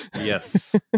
yes